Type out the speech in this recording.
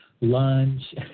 lunch